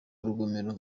urugomero